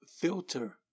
filter